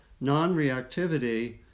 non-reactivity